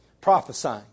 prophesying